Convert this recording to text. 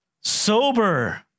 Sober